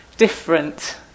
different